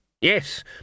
Yes